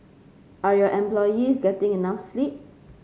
are your employees getting enough sleep